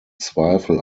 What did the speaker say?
zweifel